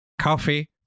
coffee